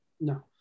no